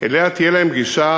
שאליה תהיה להם גישה